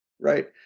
right